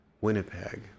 Winnipeg